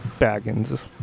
baggins